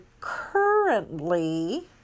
currently